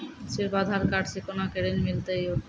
सिर्फ आधार कार्ड से कोना के ऋण मिलते यो?